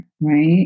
right